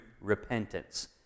repentance